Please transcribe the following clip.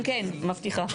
כן, מבטיחה.